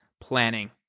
planning